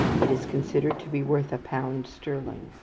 it is considered to be worth a pound sterling.